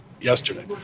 yesterday